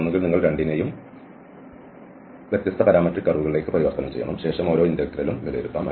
ഒന്നുകിൽ നിങ്ങൾ രണ്ടിനെയും വ്യത്യസ്ത പാരാമട്രിക് കർവുകളിലേക്ക് പരിവർത്തനം ചെയ്യണം ശേഷം ഒരോ ഇന്റെഗ്രേലും വിലയിരുത്താം